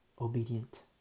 Obedient